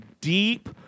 deep